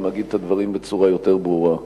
אגיד את הדברים בצורה יותר ברורה.